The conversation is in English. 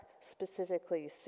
specifically